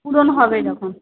পূরণ হবে যখন